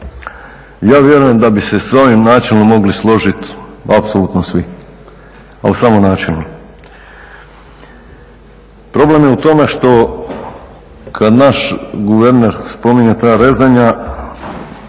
Ja vjerujem da bi se s ovim načinom mogli složit apsolutno svi, ali samo načinom. Problem je u tome što kad naš guverner spominje ta rezanja,